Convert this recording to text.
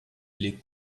les